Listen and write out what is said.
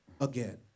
again